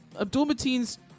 Abdul-Mateen's